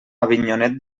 avinyonet